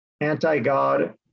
anti-God